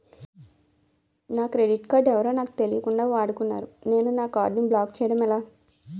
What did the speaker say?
నా credit card ఎవరో నాకు తెలియకుండా వాడుకున్నారు నేను నా కార్డ్ ని బ్లాక్ చేయడం ఎలా?